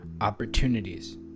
opportunities